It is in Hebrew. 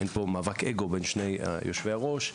אין פה מאבק אגו בין שני יושבי הראש,